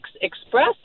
Express